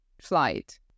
flight